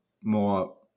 more